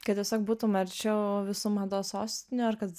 kad tiesiog būtum arčiau visų mados sostinių